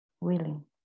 willing